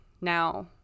now